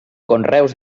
conreus